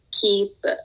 keep